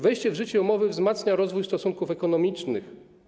Wejście w życie umowy wzmacnia rozwój stosunków ekonomicznych.